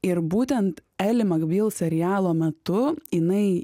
ir būtent eli makbyl serialo metu jinai